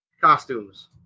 costumes